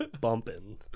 bumping